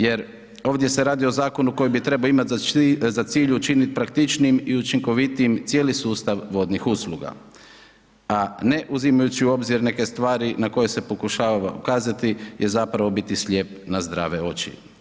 Jer ovdje se radi o zakonu koji trebao za cilj učinit praktičnijim i učinkovitijim cijeli sustav vodnih usluga, a ne uzimajući u obzir neke stvari na koje se pokušava ukazati je zapravo biti slijep na zdrave oči.